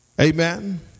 Amen